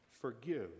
forgive